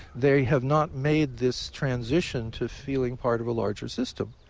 they have not made this transition to feeling part of a larger system,